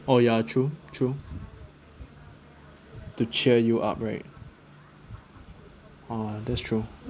oh ya true true to cheer you up right uh that's true